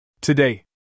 Today